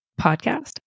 podcast